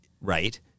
Right